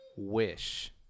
Wish